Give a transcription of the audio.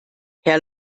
herr